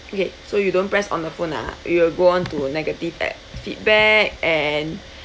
okay so you don't press on the phone ah we'll go on to negative at feedback and